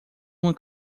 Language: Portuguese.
uma